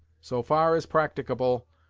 so far as practicable,